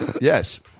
Yes